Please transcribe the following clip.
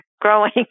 growing